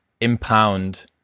impound